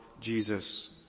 Jesus